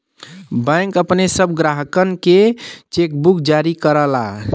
bank अपने सब ग्राहकनके चेकबुक जारी करला